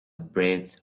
breath